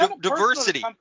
diversity